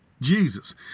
Jesus